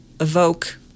evoke